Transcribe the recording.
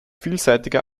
vielseitige